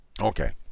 Okay